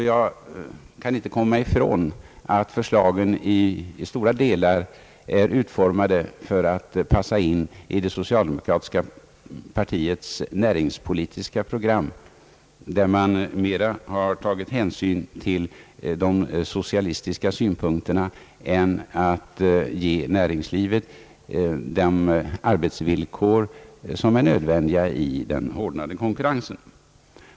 Jag kan inte värja mig för intrycket, att förslagen i stora delar är utformade för att passa in i det socialdemokratiska partiets näringspolitiska program, där man mera har tagit hänsyn till de socialistiska synpunkterna än till nödvändigheten av att ge näringslivet de arbetsvillkor som krävs i den hårdnande konkurrensen.